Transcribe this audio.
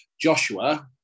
joshua